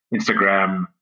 Instagram